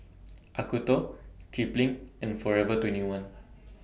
Acuto Kipling and Forever twenty one